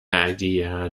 idea